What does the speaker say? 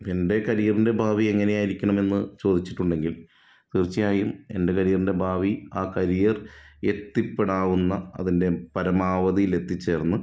എൻ്റെ കരിയറിൻ്റെ ഭാവി എങ്ങനെയായിരിക്കണമെന്ന് ചോദിച്ചിട്ടുണ്ടെങ്കിൽ തീർച്ചയായും എൻ്റെ കരിയറിൻ്റെ ഭാവി ആ കരിയർ എത്തിപ്പെടാവുന്ന അതിൻ്റെ പരമാവധിയിലെത്തിച്ചേർന്ന്